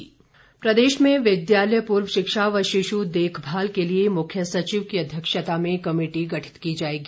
मुख्यमंत्री प्रदेश में विद्यालय पूर्व शिक्षा व शिश् देखभाल के लिए मुख्य सचिव की अध्यक्षता में कमेटी गठित की जाएगी